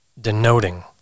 Denoting